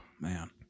man